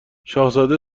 شاهزاده